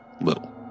little